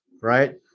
right